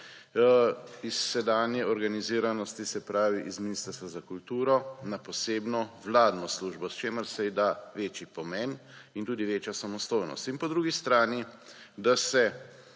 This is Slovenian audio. iz sedanje organiziranosti, se pravi, iz Ministrstva za kulturo, na posebno vladno službo, s čimer se ji da večji pomen in tudi večjo samostojnost in po drugi strani, da se